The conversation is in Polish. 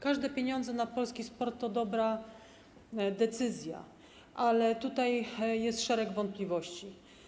Każde pieniądze na polski sport to dobra decyzja, ale w tym przypadku jest szereg wątpliwości.